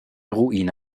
ruine